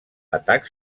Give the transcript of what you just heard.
atac